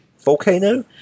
Volcano